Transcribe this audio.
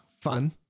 fun